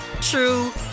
true